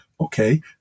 okay